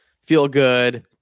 feel-good